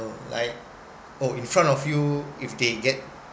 like oh in front of you if they get